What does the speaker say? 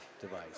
device